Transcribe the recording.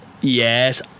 yes